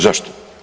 Zašto?